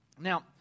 Now